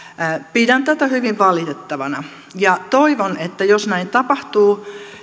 pidän tätä hyvin valitettavana ja toivon että jos näin tapahtuu